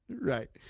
Right